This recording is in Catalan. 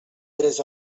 tres